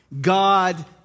God